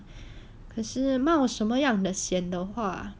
可是冒什么样的险的话